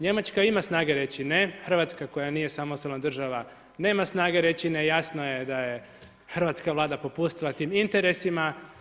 Njemačka ima snage reći ne, Hrvatska koja nije samostalna država nema snage reći ne, jasno je da je hrvatska Vlada popustila tim interesima.